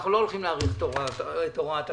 אנחנו לא הולכים להאריך את הוראת השעה.